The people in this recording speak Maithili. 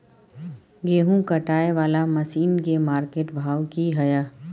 गेहूं काटय वाला मसीन के मार्केट भाव की हय?